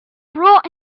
brought